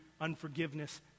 unforgiveness